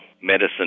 medicine